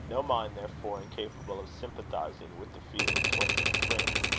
no mind, therefore, incapable of sympathising with the feelings whence it springs,